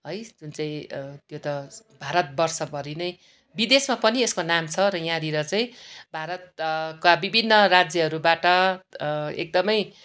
है जुन चाहिँ त्यो त भारत वर्ष भरि नै विदेशमा पनि यसको नाम छ र यहाँनिर चाहिँ भारतका विभिन्न राज्यहरूबाट एकदमै